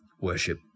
Worship